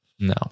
No